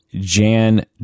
Jan